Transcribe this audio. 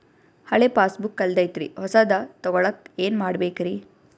ಹಳೆ ಪಾಸ್ಬುಕ್ ಕಲ್ದೈತ್ರಿ ಹೊಸದ ತಗೊಳಕ್ ಏನ್ ಮಾಡ್ಬೇಕರಿ?